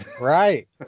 Right